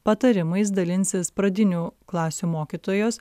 patarimais dalinsis pradinių klasių mokytojos